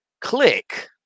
click